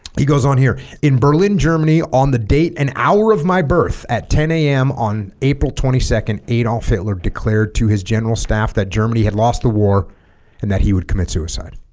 he goes on here in berlin germany on the date an hour of my birth at ten a m on april twenty second adolf hitler declared to his general staff that germany had lost the war and that he would commit suicide